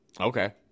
Okay